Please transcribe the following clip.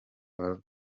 barwo